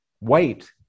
wait